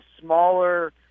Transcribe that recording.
smaller